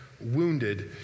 wounded